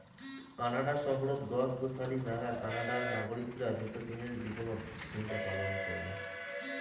Canada শহরত গছ গছালি নাগা কানাডার নাগরিক গুলার নিত্যদিনের জীবনত বিশেষ ভূমিকা পালন কারাং